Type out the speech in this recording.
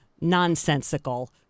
nonsensical